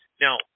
Now